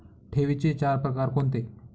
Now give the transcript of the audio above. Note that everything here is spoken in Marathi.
ठेवींचे चार प्रकार कोणते?